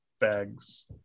bags